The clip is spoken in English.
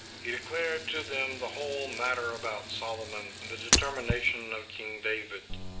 he declared to them the whole matter about solomon, and the determination of king david